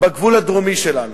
בגבול הדרומי שלנו.